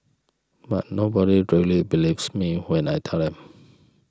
but nobody really believes me when I tell them